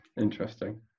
interesting